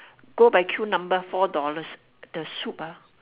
go by queue number four dollars the soup ah